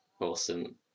awesome